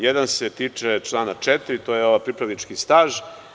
Jedan se tiče člana 4, to je pripravnički staž.